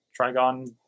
trigon